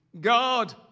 God